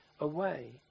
away